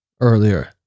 earlier